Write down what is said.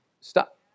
stop